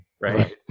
right